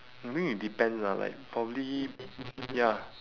maybe it depends ah like probably ya